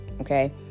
okay